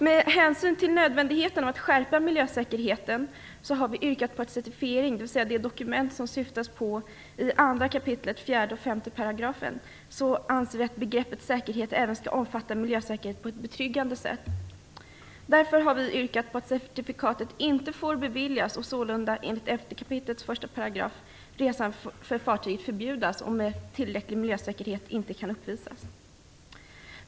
Med hänsyn till nödvändigheten av att skärpa miljösäkerheten har vi yrkat på att certifikatet, dvs. det dokument som syftas på i 2 kap. 4 och 5 §§, även skall omfatta denna. Vi anser att begreppet säkerhet även skall omfatta miljösäkerheten, så att denna kan uppfyllas på ett betryggande sätt. Därför har vi yrkat på att certifikatet inte får beviljas och att resan för fartyget, enligt 11 kap. 1 §, sålunda kan förbjudas om tillräcklig miljösäkerhet inte kan uppvisas.